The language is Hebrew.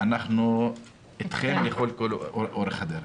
ואנחנו איתכם לכל אורך הדרך.